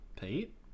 Pete